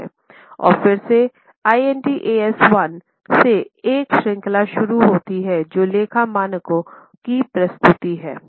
और फिर से Ind AS 1 से एक श्रृंखला शुरू होती है जो लेखा मानकों की प्रस्तुति है